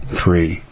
three